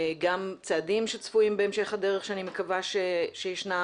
גם צעדים שצפויים בהמשך הדבר שאני מקווה שישנם.